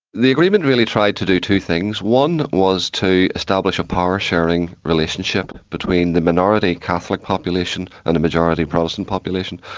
the agreement really tried to do two things. one was to establish a power-sharing relationship between the minority catholic population and the majority protestant population.